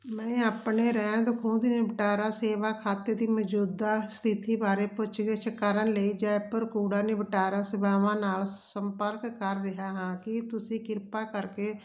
ਮੈਂ ਆਪਣੇ ਰਹਿੰਦ ਖੂੰਹਦ ਨਿਪਟਾਰਾ ਸੇਵਾ ਖਾਤੇ ਦੀ ਮੌਜੂਦਾ ਸਥਿਤੀ ਬਾਰੇ ਪੁੱਛ ਗਿਛ ਕਰਨ ਲਈ ਜੈਪੁਰ ਕੂੜਾ ਨਿਪਟਾਰਾ ਸੇਵਾਵਾਂ ਨਾਲ ਸੰਪਰਕ ਕਰ ਰਿਹਾ ਹਾਂ ਕੀ ਤੁਸੀਂ ਕਿਰਪਾ ਕਰਕੇ